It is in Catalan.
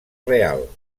real